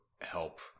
help